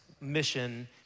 mission